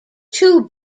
two